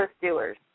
doers